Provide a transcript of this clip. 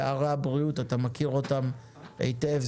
אתה מכיר את פערי הבריאות היטב.